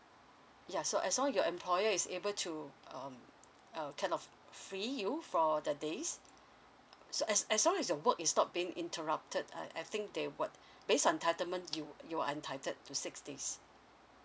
ya so as long your employer is able to um uh kind of free you for the days so as as long as your work is not being interrupted I I think they would based entitlement you you are entitled to six days